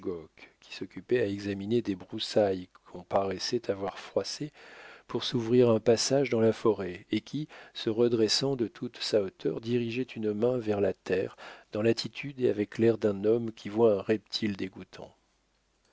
qui s'occupait à examiner des broussailles qu'on paraissait avoir froissées pour s'ouvrir un passage dans la forêt et qui se redressant de toute sa hauteur dirigeait une main vers la terre dans l'attitude et avec l'air d'un homme qui voit un reptile dégoûtant